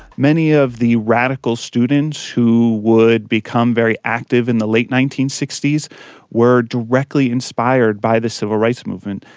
many of the radical students who would become very active in the late nineteen sixty s were directly inspired by the civil rights movement.